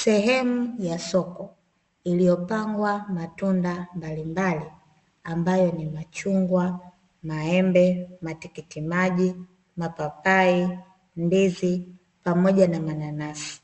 Sehemu ya soko iliyopangwa matunda mbalimbali ambayo ni machungwa, maembe, matikiti maji mapapai, ndizi pamoja na mananasi